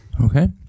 Okay